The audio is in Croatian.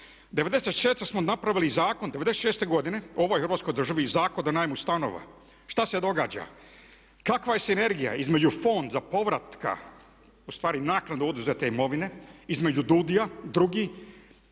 '96. smo napravili zakon, '96. godine u ovoj Hrvatskoj državi i Zakon o najmu stanova. Šta se događa? Kakva je sinergija između fond za povratak, ustvari naknade oduzete imovine između DUDI-a